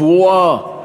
פרועה,